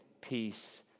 peace